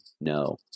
no